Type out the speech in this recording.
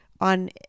on